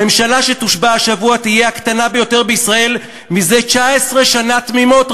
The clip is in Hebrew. הממשלה שתושבע השבוע תהיה הקטנה ביותר בישראל זה 19 שנים תמימות,